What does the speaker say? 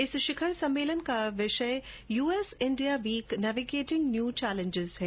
इस शिखर सम्मेलन का विषय US India week navigating new challenges है